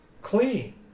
Clean